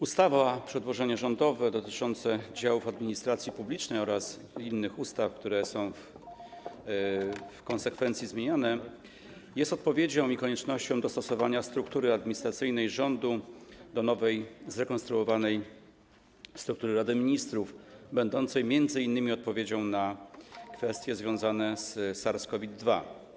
Ustawa, przedłożenie rządowe dotyczące działów administracji publicznej oraz innych ustaw, które są w konsekwencji zmieniane, jest odpowiedzią i koniecznością dostosowania struktury administracyjnej rządu do nowej, zrekonstruowanej struktury Rady Ministrów będącej m.in. odpowiedzią na kwestie związane z SARS CoV-2.